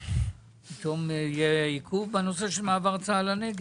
פתאום יהיה עיכוב בנושא של מעבר צה"ל לנגב.